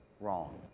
wrong